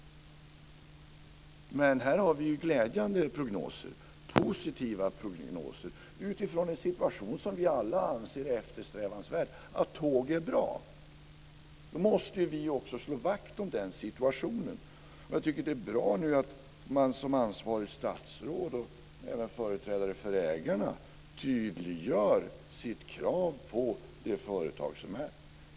Men här har vi glädjande, positiva prognoser, utifrån en situation som vi alla anser är eftersträvansvärd, dvs. att tåg är bra. Då måste vi också slå vakt om den situationen. Det är bra att ansvarigt statsråd och även företrädare för ägarna nu tydliggör sitt krav på det företag som är.